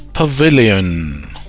Pavilion